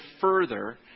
further